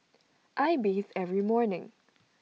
I bathe every morning